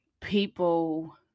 people